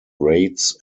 raids